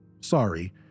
Sorry